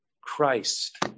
Christ